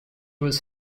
was